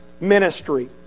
ministry